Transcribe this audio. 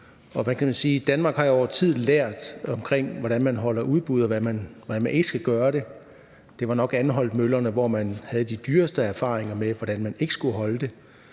Danmark har over tid lært, hvordan man holder udbud, og hvordan man ikke skal gøre det. Det var nok ved Anholtmøllerne, at man fik de dyreste erfaringer med, hvordan man ikke skal holde det.